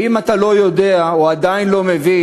ואם אתה לא יודע, או עדיין לא מבין,